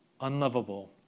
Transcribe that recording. unlovable